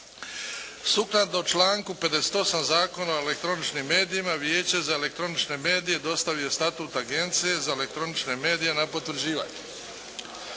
Sukladno članku 58. Zakona o elektroničkim medijima, Vijeće za elektronične medije dostavio je Statut Agencije za elektronične medije na potvrđivanje.